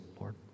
Lord